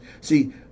See